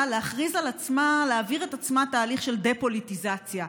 להעביר את עצמה תהליך של דה-פוליטיזציה.